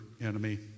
enemy